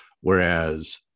Whereas